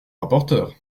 rapporteur